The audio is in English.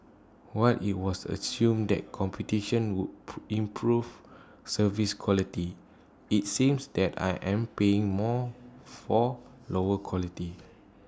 while IT was assumed that competition would improve service quality IT seems that I am paying more for lower quality